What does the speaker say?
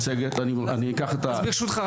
ברשותך,